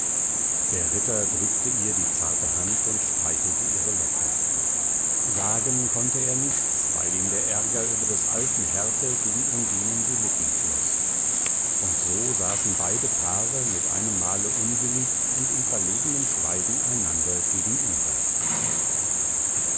der ritter drückte ihr die zarte hand und streichelte ihre locken sagen konnte er nichts weil ihm der ärger über des alten härte gegen undinen die lippen schloß und so saßen beide paare mit einem male unwillig und im verlegnen schweigen einander gegenüber